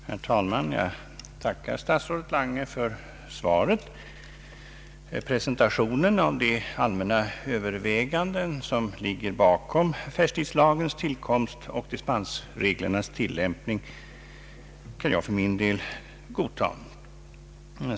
Herr talman! Jag tackar statsrådet Lange för svaret. Presentationen av de allmänna överväganden som ligger bakom affärstidslagens tillkomst och dispensreglernas tillämpning kan jag för min del godta.